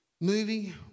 movie